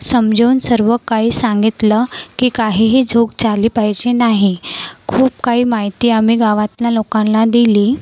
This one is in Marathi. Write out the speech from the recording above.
समजावून सर्व काही सांगितलं की काहीही चूक झाली पाहिजे नाही खूप काही माहिती आम्ही गावातल्या लोकांना दिली